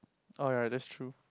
oh ya that's true